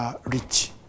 rich